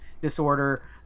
disorder